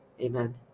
Amen